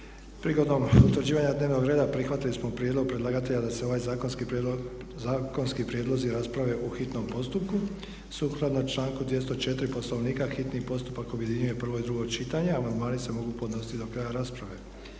Prigodom utvrđivanja dnevnog reda prihvatili smo prijedlog predlagatelja da se ovi zakonski prijedlozi rasprave u hitnom postupku. Sukladno članku 204. Poslovnika hitni postupka objedinjuje prvo i drugo čitanje, a amandmani se mogu podnositi do kraja rasprave.